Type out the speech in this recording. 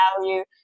value